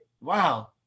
wow